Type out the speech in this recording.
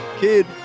Kid